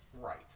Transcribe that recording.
Right